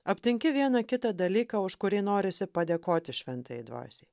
aptinki vieną kitą dalyką už kurį norisi padėkoti šventajai dvasiai